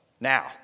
Now